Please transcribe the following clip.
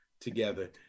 together